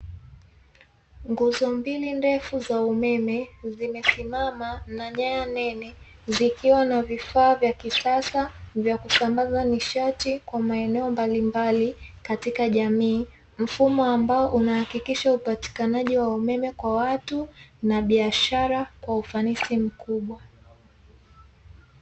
Nguzo mbili ndefu za umeme, zimesimama na nyaya nene, zikiwa na vifaa vya kisasa vya kusambaza nishati kwa maeneo mbalimbali katika jamii, mfumo ambao unahakikisha upatikanaji wa umeme kwa watu na biashara kwa ufanisi mkubwa.